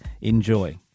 Enjoy